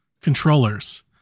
controllers